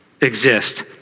exist